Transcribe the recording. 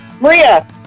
Maria